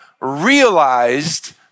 realized